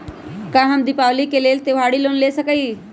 का हम दीपावली के लेल त्योहारी लोन ले सकई?